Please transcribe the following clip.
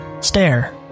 Stare